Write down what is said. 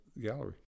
gallery